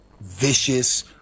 vicious